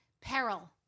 peril